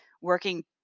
working